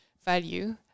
value